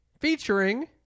featuring